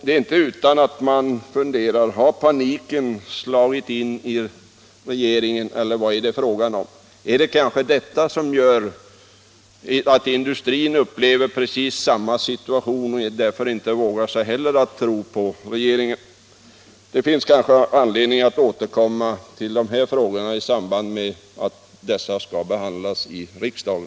Det är inte utan att man funderar så här: Har paniken gripit regeringen, eller vad är det fråga om? Är det kanske detta som gör att industrin upplever situationen på samma sätt och därför inte heller vågar tro på regeringen? Det finns kanske anledning att återkomma till dessa frågor i samband med att de skall behandlas i riksdagen.